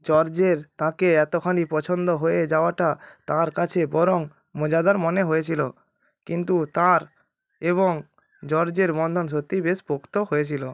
জর্জের তাকে এতোখানি পছন্দ হয়ে যাওয়াটা তার কাছে বরং মজাদার মনে হয়েছিলো কিন্তু তাঁর এবং জর্জের বন্ধন সত্যিই বেশ পোক্ত হয়েছিলো